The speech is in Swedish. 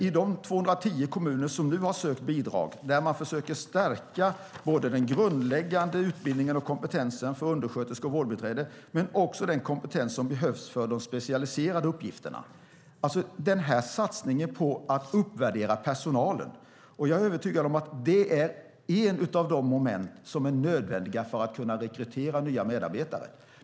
I de 210 kommuner som nu sökt bidrag försöker man stärka såväl den grundläggande utbildningen och kompetensen för undersköterskor och vårdbiträden som den kompetens som behövs för de specialiserade uppgifterna. Jag är övertygad om att den här satsningen på att uppvärdera personalen är ett av de moment som är nödvändiga för att kunna rekrytera nya medarbetare.